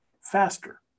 faster